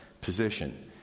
position